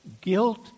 Guilt